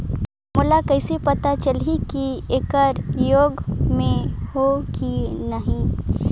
मोला कइसे पता चलही की येकर योग्य मैं हों की नहीं?